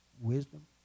wisdom